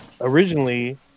originally